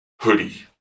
hoodie